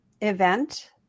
event